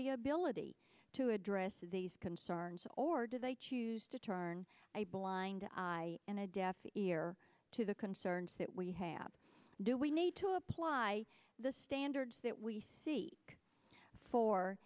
the ability to address these concerns or do they choose to turn a blind eye and a deaf ear to the concerns that we have do we need to apply the standards that we see for